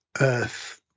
earth